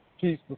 Peace